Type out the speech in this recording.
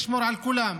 לשמור על כולם.